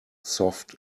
soft